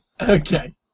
Okay